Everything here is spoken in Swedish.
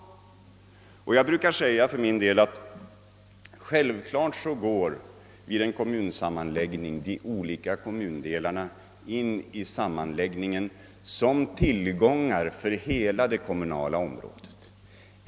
Jag brukar säga att det är självklart att de olika kommundelarna vid en sammanläggning går in i sammanläggningen som tillgångar för hela det kommunala området.